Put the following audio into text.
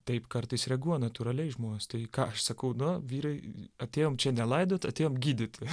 taip kartais reaguoja natūraliai žmonės tai ką aš sakau na vyrai atėjom čia ne laidot atėjom gydyti